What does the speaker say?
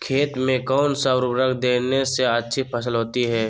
खेत में कौन सा उर्वरक देने से अच्छी फसल होती है?